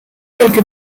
quelque